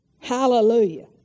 Hallelujah